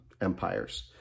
empires